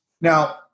Now